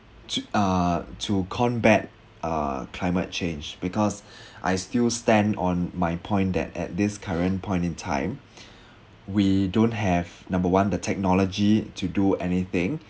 t~ uh to combat uh climate change because I still stand on my point that at this current point in time we don't have number one the technology to do anything a~